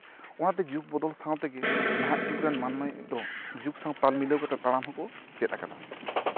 ᱚᱱᱟᱛᱮ ᱡᱩᱜᱽ ᱵᱚᱫᱚᱞ ᱥᱟᱶ ᱛᱮᱜᱮ ᱱᱟᱦᱟᱜ ᱡᱩᱜ ᱨᱮᱱ ᱢᱟᱱᱢᱤ ᱫᱚ ᱡᱩᱜᱽ ᱥᱟᱶ ᱛᱟᱞ ᱢᱤᱞᱟᱹᱣ ᱠᱟᱛᱮᱜ ᱛᱟᱲᱟᱢ ᱦᱚᱸᱠᱚ ᱪᱮᱫ ᱠᱟᱫᱟ